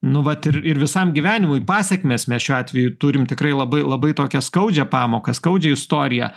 nu vat ir ir visam gyvenimui pasekmės mes šiuo atveju turim tikrai labai labai tokią skaudžią pamoką skaudžią istoriją